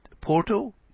Porto